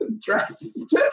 dressed